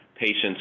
patients